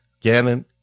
Gannon